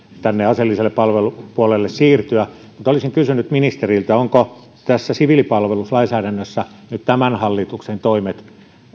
aseelliselle palvelupuolelle siirtyä olisin kysynyt ministeriltä ovatko tässä siviilipalveluslainsäädännössä nyt tämän hallituksen toimet